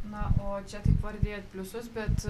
na o čia taip vardijat pliusus bet